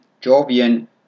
Jovian